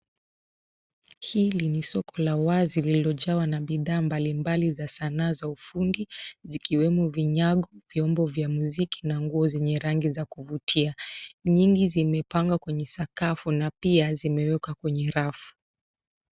Hili ni soko la wazi lililojawa na bidhaa mbali mbali za sanaa za ufundi , zikiwemo vinyago, vyombo vya muziki, na nguo zenye rangi za kuvutia. Nyingi zimepangwa kwenye sakafu na pia zimewekwa kwenye rafu.